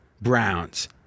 Browns